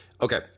Okay